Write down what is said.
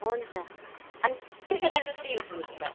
हुन्छ अनि कतिजना जति हुनुहुन्छ त